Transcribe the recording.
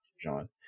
John